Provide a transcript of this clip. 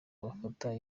bafata